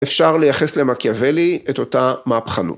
‫אפשר לייחס למקיאוולי ‫את אותה מהפכנות.